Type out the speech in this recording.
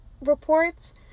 reports